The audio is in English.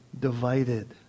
divided